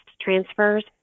transfers